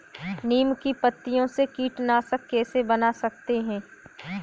नीम की पत्तियों से कीटनाशक कैसे बना सकते हैं?